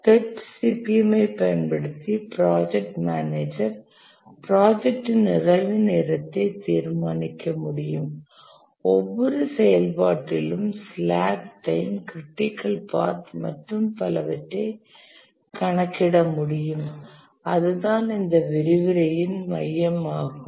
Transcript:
PERT CPM ஐ பயன்படுத்தி project manager ப்ராஜெக்டின் நிறைவு நேரத்தை தீர்மானிக்க முடியும் ஒவ்வொரு செயல்பாட்டிலும் ஸ்லாக் டைம் க்ரிட்டிக்கல் பாத் மற்றும் பலவற்றைக் கணக்கிட முடியும் அதுதான் இந்த விரிவுரையின் மையமாகும்